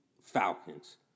Falcons